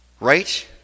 Right